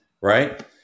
Right